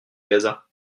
gaza